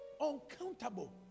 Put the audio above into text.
uncountable